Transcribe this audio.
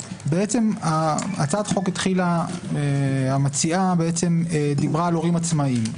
הצעת החוק התחילה כשהמציעה דיברה על הורים עצמאיים.